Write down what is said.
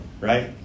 right